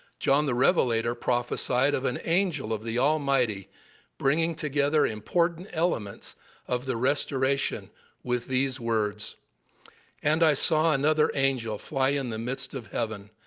john the revelator prophesied of an angel of the almighty bringing together important elements of the restoration with these words and i saw another angel fly in the midst of heaven,